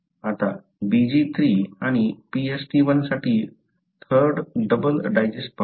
आता BglII आणि PstI साठी थर्ड डबल डायजेस्ट पाहू